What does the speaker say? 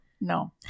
No